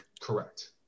Correct